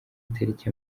itariki